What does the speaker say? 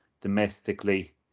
domestically